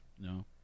No